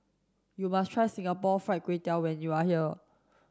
you must try Singapore fried Kway Tiao when you are here